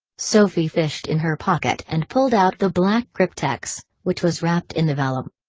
sophie fished in her pocket and pulled out the black cryptex, which was wrapped in the vellum.